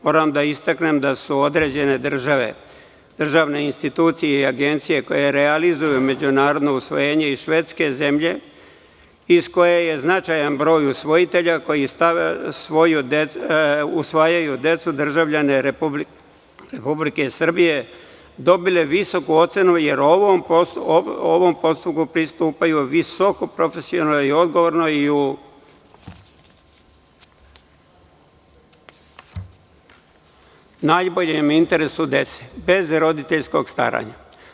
Moram da istaknem da su određene države, državne institucije i agencije koje realizuju međunarodno usvojenje i Švedska iz koje je značajan broj usvojitelja, koji usvajaju decu državljane Republike Srbije, dobile visoku ocenu, jer ovom postupku pristupaju visoko profesionalno i odgovorno, i u najboljem interesu dece bez roditeljskog staranja.